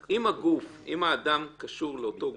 אם האדם קשור לאותו גוף,